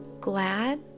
glad